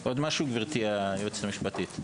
עוד משהו גברתי היועצת המשפטית?